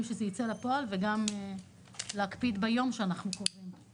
שיצא לפועל וגם להקפיד ביום שאנחנו קובעים.